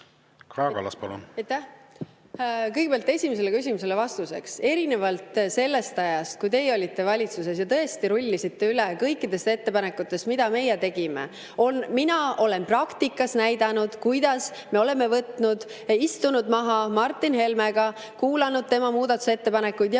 Kõigepealt esimesele küsimusele vastuseks. Erinevalt sellest ajast, kui teie olite valitsuses, kui tõesti rullisite üle kõikidest ettepanekutest, mida meie tegime, olen mina praktikas näidanud, kuidas me oleme istunud maha Martin Helmega, kuulanud tema muudatusettepanekuid ja